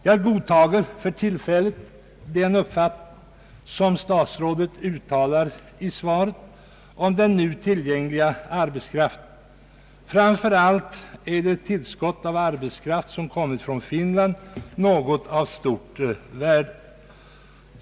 Jag godtar för tillfället den uppfatt ning som statsrådet uttalar i svaret vad beträffar den nu tillgängliga arbetskraften. Framför allt är det tillskott av arbetskraft som kommit från Finland någonting av stort värde.